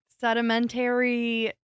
Sedimentary